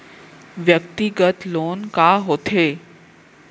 व्यक्तिगत लोन का होथे?